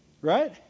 Right